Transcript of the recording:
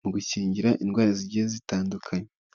mu gukingira indwara zigiye zitandukanye.